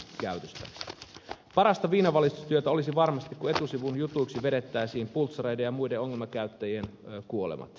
parasta viinavalistustyötä olisi varmasti kun etusivun jutuiksi vedettäisiin pultsareiden ja muiden ongelmakäyttäjien kuolemat